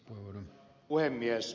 arvoisa puhemies